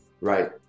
right